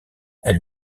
elle